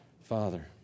Father